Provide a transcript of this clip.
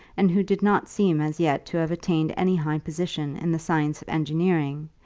and who did not seem as yet to have attained any high position in the science engineering,